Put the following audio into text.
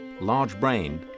large-brained